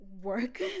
work